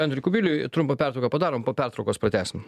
andriui kubiliui trumpą pertrauką padarom po pertraukos pratęsim